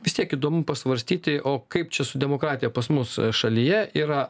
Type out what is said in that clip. vis tiek įdomu pasvarstyti o kaip čia su demokratija pas mus šalyje yra